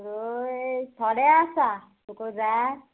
सुरय थोडे आसा तुका जाय